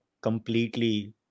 completely